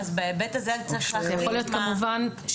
כמובן,